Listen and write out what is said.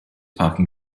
parking